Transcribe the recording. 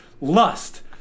lust